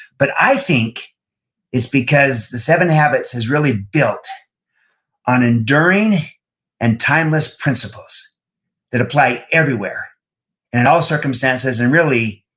but i think it's because the seven habits is really built on enduring and timeless principles that apply everywhere and in all circumstances, and really,